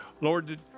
Lord